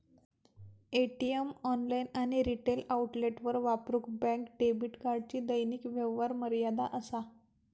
ATM, online आणि retail आउटलेटवर वापरूक बँक डेबिट कार्डची दैनिक व्यवहार मर्यादा असा